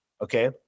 okay